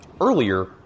earlier